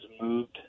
moved